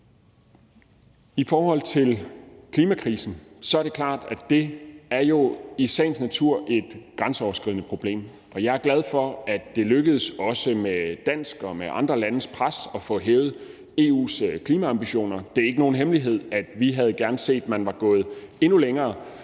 I forhold til klimakrisen er det klart, at det jo i sagens natur er et grænseoverskridende problem. Jeg er glad for, at det med Danmarks og andre landes pres er lykkedes at få hævet EU's klimaambitioner. Det er ikke nogen hemmelighed, at vi gerne havde set, at man var gået endnu længere,